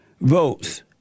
votes